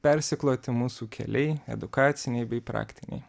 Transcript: persikloti mūsų keliai edukaciniai bei praktiniai